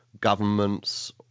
governments